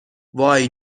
وای